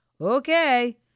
Okay